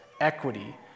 equity